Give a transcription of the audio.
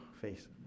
face